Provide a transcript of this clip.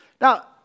Now